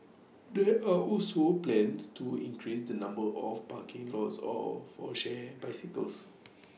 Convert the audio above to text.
there are also plans to increase the number of parking lots of for shared bicycles